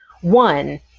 one